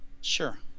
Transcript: Sure